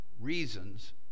reasons